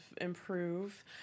improve